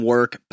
Work